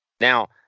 now